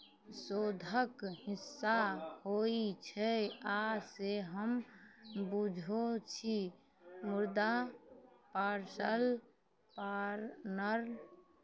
शोधक हिस्सा होइत छै आ से हम बुझैत छी मुदा पार्सल पारनर